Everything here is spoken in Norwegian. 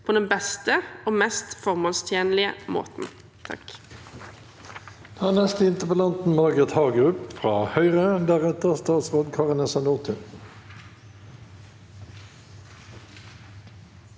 på den beste og mest formålstjenlige måten.